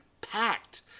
packed